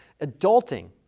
adulting